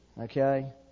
okay